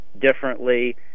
differently